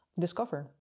discover